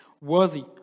worthy